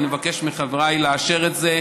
אני מבקש מחבריי לאשר את זה,